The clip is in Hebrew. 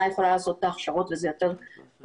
יכולה לעשות את ההכשרות וזה יותר פשוט,